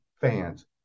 fans